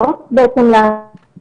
לרוב בהתאם לסיטואציה.